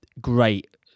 Great